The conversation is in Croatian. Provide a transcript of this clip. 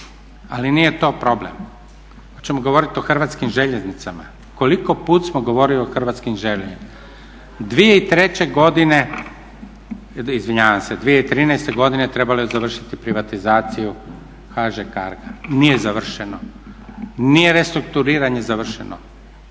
Ali nije to problem, oćemo govoriti o Hrvatskim željeznicama koliko puta smo govorili o Hrvatskim željeznicama? 2003.godine, izvinjavam se 2013.godine trebalo je završiti privatizaciju HŽ Cargo-a, nije završeno, nije restrukturiranje završeno,